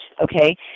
okay